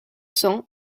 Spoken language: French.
cents